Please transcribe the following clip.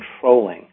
controlling